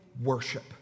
worship